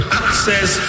access